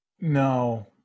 No